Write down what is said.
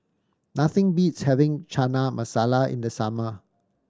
nothing beats having Chana Masala in the summer